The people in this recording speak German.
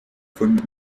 von